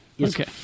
Okay